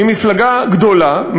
היא מפלגה גדולה,